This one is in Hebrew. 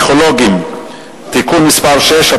הפסיכולוגים (תיקון מס' 6),